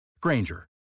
Granger